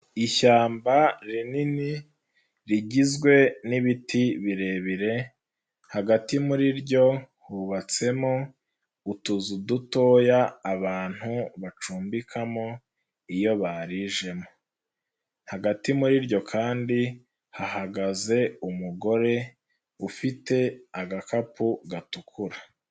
Ishyamba rinini rigizwe n'ibiti birebire, hagati muri ryo hubatsemo utuzu dutoya abantu bacumbikamo iyo barijemo, hagati muri ryo kandi hahagaze umugore ufite agakapu gatukura.